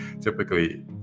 typically